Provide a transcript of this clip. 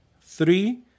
Three